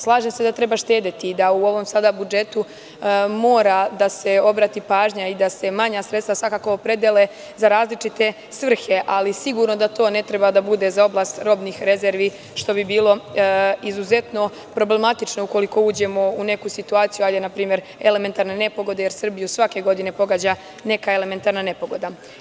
Slažem se da treba štedeti i da u ovom sada budžetu mora da se obrati pažnja i da se manja sredstva opredele za različite svrhe, ali sigurno da to ne treba da bude za oblast robnih rezervi, što bi bilo izuzetno problematično ukoliko uđemo u neku situaciju, npr. elementarne nepogode, jer Srbiju svake godine pogađa neka elementarna nepogoda.